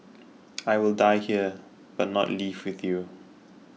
I will die here but not leave with you